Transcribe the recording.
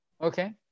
Okay